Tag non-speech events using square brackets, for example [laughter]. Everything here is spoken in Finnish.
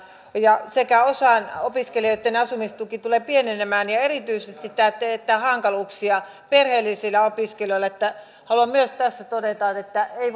ja osan opiskelijoista asumistuki tulee pienenemään ja erityisesti tämä teettää hankaluuksia perheellisille opiskelijoille haluan myös tässä todeta että ei [unintelligible]